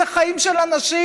זה חיים של אנשים,